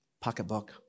pocketbook